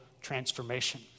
transformation